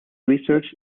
research